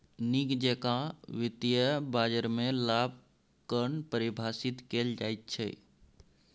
नीक जेकां वित्तीय बाजारमे लाभ कऽ परिभाषित कैल जाइत छै